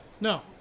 No